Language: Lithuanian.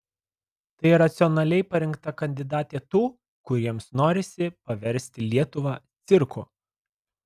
tai racionaliai parinkta kandidatė tų kuriems norisi paversti lietuvą cirku